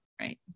right